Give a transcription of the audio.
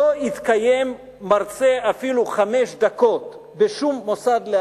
לא יתקיים מרצה אפילו חמש דקות בשום מוסד,